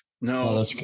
No